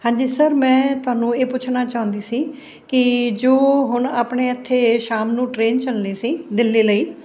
ਹਾਂਜੀ ਸਰ ਮੈਂ ਤੁਹਾਨੂੰ ਇਹ ਪੁੱਛਣਾ ਚਾਹੁੰਦੀ ਸੀ ਕਿ ਜੋ ਹੁਣ ਆਪਣੇ ਇੱਥੇ ਸ਼ਾਮ ਨੂੰ ਟਰੇਨ ਚੱਲਣੀ ਸੀ ਦਿੱਲੀ ਲਈ